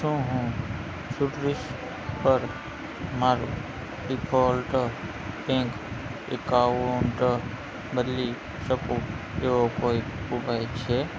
શું હું સુટ્રીસ પર મારું ડીફૉલ્ટ બૅંક અકાઉન્ટ બદલી શકું એવો કોઈ ઉપાય છે